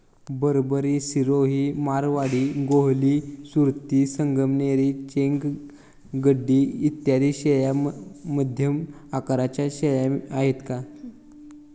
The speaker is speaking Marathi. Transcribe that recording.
बरबरी, सिरोही, मारवाडी, गोहली, सुरती, संगमनेरी, चेंग, गड्डी इत्यादी शेळ्या मध्यम आकाराच्या शेळ्या आहेत